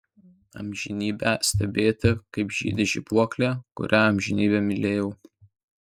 amžinybę stebėti kaip žydi žibuoklė kurią amžinybę mylėjau